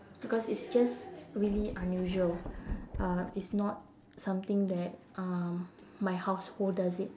because it's just really unusually uh it's not something that um my household does it